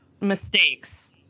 mistakes